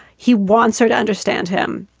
he wants her to understand him.